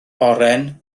oren